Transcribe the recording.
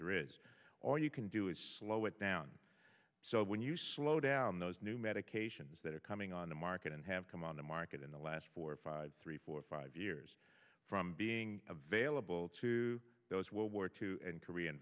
there is or you can do is slow it down so when you slow down those new medications that are coming on the market and have come on the market in the last four five three four five years from being a vailable to those well war two and korean